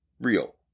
real